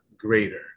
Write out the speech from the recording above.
greater